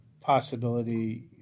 possibility